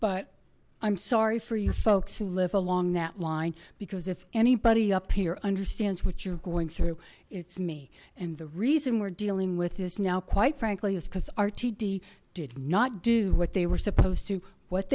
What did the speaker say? but i'm sorry for you folks who live along that line because if anybody up here understands what you're going through it's me and the reason we're dealing with is now quite frankly is because rtd did not do what they were supposed to what